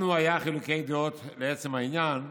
לנו היו חילוקי דעות לעצם העניין,